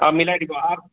অ' মিলাই দিব